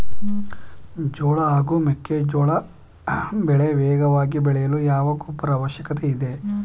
ಜೋಳ ಹಾಗೂ ಮೆಕ್ಕೆಜೋಳ ಬೆಳೆ ವೇಗವಾಗಿ ಬೆಳೆಯಲು ಯಾವ ಗೊಬ್ಬರದ ಅವಶ್ಯಕತೆ ಇದೆ?